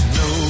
no